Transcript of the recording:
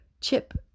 chip